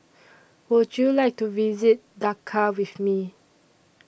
Would YOU like to visit Dhaka with Me